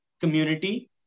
community